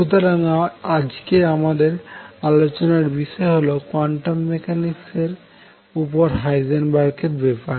সুতরাং আজকে আমাদের আলোচনার বিষয় হল কোয়ান্টাম মেকানিক্স এর উপর হাইজেনবার্গ এর পেপার